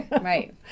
Right